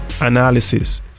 analysis